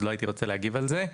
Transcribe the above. אז לא הייתי רוצה להגיב על זה.